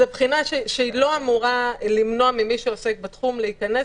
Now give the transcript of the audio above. זו בחינה שלא אמורה למנוע ממי שעוסק בתחום להיכנס,